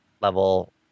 level